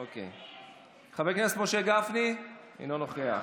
חבר הכנסת משה גפני, אינו נוכח,